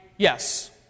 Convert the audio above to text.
Yes